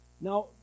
Now